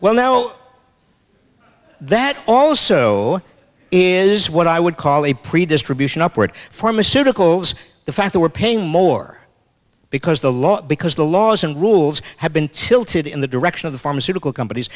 well no that also is what i would call a pretty distribution upward pharmaceuticals the fact that we're paying more because the law because the laws and rules have been tilted in the direction of the pharmaceutical companies